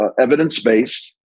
evidence-based